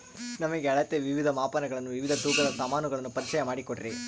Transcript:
ನಮಗೆ ಅಳತೆಯ ವಿವಿಧ ಮಾಪನಗಳನ್ನು ವಿವಿಧ ತೂಕದ ಸಾಮಾನುಗಳನ್ನು ಪರಿಚಯ ಮಾಡಿಕೊಡ್ರಿ?